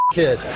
kid